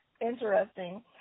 interesting